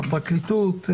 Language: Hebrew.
הפרקליטות,